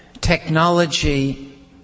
technology